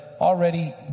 already